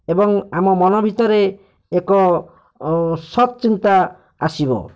ଏବଂ ଆମ ମନ ଭିତରେ ଏକ ସତ୍ଚିନ୍ତା ଆସିବ